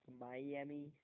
Miami